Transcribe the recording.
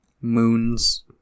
moons